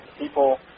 people